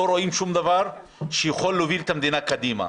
לא רואים שום דבר שיכול להוביל את המדינה קדימה.